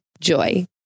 JOY